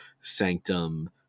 Sanctum